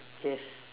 yes